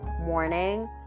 morning